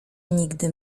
nigdy